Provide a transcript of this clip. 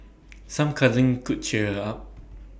some cuddling could cheer her up